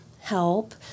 help